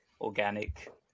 organic